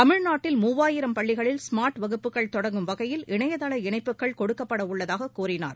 தமிழ்நாட்டில் முவாயிரம் பள்ளிகளில் ஸ்மாா்ட் வகுப்புகள் தொடங்கும் வகையில் இணையதள இணைப்புகள் கொடுக்கப்பட உள்ளதாக கூறினார்